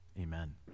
Amen